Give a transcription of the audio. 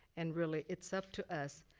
and really, it's up to us.